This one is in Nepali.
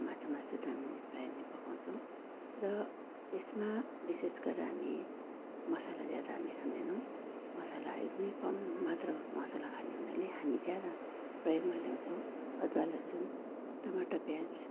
माछा मासु त हामीले प्रा य नै पकाउँछौँ र यसमा विशेष गरेर हामी मसला ज्यादा हामी खाँदैनौँ मसला एकदमै कम मात्रामा मसला खाने हुनाले हामी ज्यादा प्रयोगमा ल्याउँछौँ अदुवा लसुन टमाटर प्याज